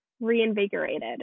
reinvigorated